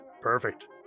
Perfect